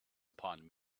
upon